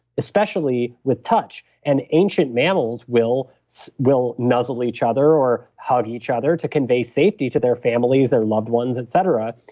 especially with touch. and ancient mammals will will nuzzle each other or hug each other to convey safety to their families, their loved ones, et cetera.